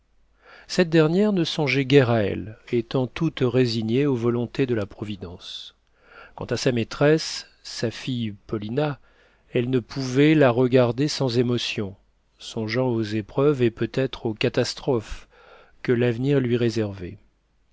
cette dernière ne songeait guère à elle étant toute résignée aux volontés de la providence quant à sa maîtresse sa fille paulina elle ne pouvait la regarder sans émotion songeant aux épreuves et peut-être aux catastrophes que l'avenir lui réservait